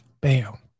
bam